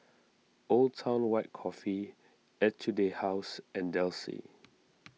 Old Town White Coffee Etude House and Delsey